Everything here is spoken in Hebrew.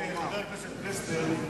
אדוני היושב-ראש,